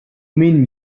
mean